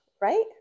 Right